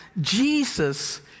Jesus